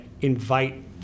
invite